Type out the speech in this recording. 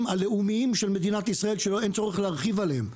הלאומיים של מדינת ישראל שאין צורך להרחיב עליהם.